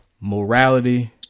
morality